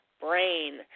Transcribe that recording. brain